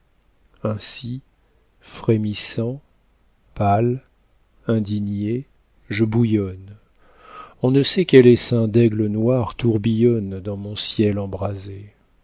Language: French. ainsi frémissant pâle indigné je bouillonne on ne sait quel essaim d'aigles noirs tourbillonne dans mon ciel embrasé